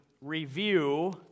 review